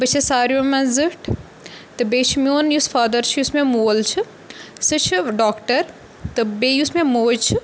بہٕ چھَس سارویو منٛز زِیٚٹھ تہٕ بیٚیہِ چھُ میون یُس فادَر چھُ یُس مےٚ مول چھُ سُہ چھُ ڈاکٹر تہٕ بیٚیہِ یُس مےٚ موج چھِ